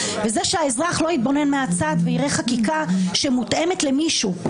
וזה שהאזרח לא יתבונן מהצד ויראה חקיקה שמותאמת למישהו,